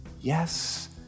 Yes